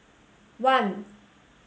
one